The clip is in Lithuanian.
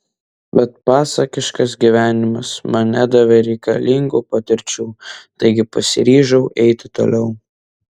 bet pasakiškas gyvenimas man nedavė reikalingų patirčių taigi pasiryžau eiti toliau